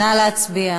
נא להצביע.